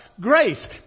grace